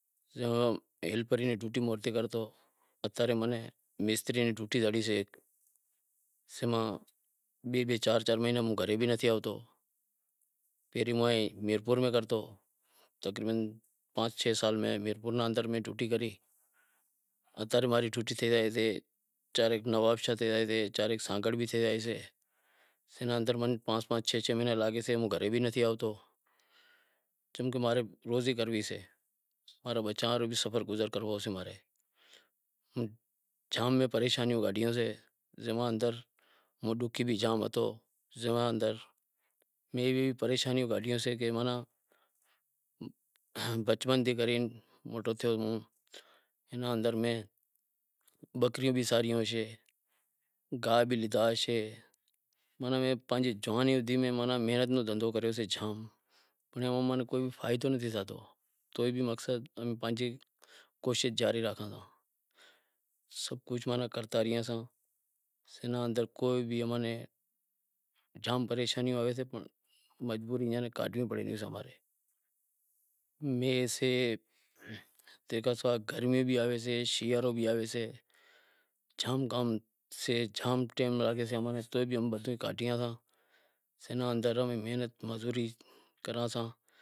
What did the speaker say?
ہیلپری ری ڈوٹی بھی ہوں کرتو اتارے ماناں مستری نیں ٹوٹی زڑی سیں، سماں بئے بئے چار چار مہینا موں گھرے بھی نتھی آوتو، تقریبن بئے ترن سال میں میرپور رے اندر بھی ڈوٹی کری اتارے ماں ڈوٹی تھے زائے چا رے نوابشاہ تھے زائے، چا رے سانگھڑ بھی تھئے زائیسے، اینا موں نیں پانس پانس چھ چھ مہینا لاگیں موں گھرے بھی نتھی آوتو، چمکہ ماں ری روزی کرنڑی سے، ماں رے بچاں ہاروں سفر گزر کرنڑو سے ماں نیں، جام پریشانیوں لاگیوں سے اوئاں اندر میں بھی پریشانیوں کاٹیوں سیں ماناں بچپن تیں کرے موٹو تھیو اوئے اندر میں بکریوں بھی ساریوں ہوشیں، گاہ بھی لیدہا ہوشے، ماناں میں پانجی جوانی میں محنت ان دہندہو کریو شے جام، ہوں کتھے آئیتو نکی زائیتو تو بھی مقصد پانجی کوشش جاری راکھتو، سبھ کجھ ماناں کرتا رہتا اینا اندر مطلب جام پریشانیوں ہوئیں پنڑ کرنڑو پڑے تو سبھ کجھ، تے کھاں سوا گرمی بھی آویسے، شیارو بھی آویسے جام کام سے، جام ٹائیم لاگیو سے تو ئے بھی ام کاڈھیاں سیں اینا اندر محنت مزوری کراں سیئاں۔